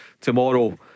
tomorrow